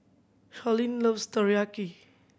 Sharlene loves Teriyaki